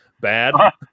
Bad